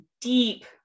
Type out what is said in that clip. deep